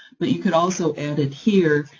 but you can also add it here,